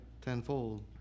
Tenfold